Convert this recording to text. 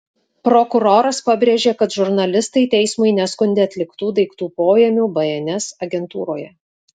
prokuroras pabrėžė kad žurnalistai teismui neskundė atliktų daiktų poėmių bns agentūroje